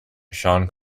shawn